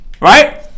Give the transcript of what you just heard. right